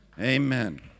Amen